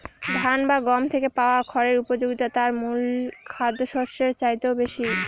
ধান বা গম থেকে পাওয়া খড়ের উপযোগিতা তার মূল খাদ্যশস্যের চাইতেও বেশি